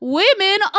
women